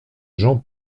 jean